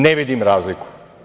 Ne vidim razliku.